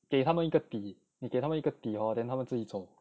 给他们一个底你给他们一个底 hor then 他们自己走